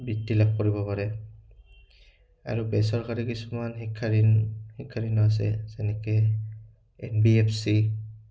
বৃত্তি লাভ কৰিব পাৰে আৰু বেচৰকাৰী কিছুমান শিক্ষাঋণ শিক্ষাঋণ আছে যেনেকৈ এন বি এফ চি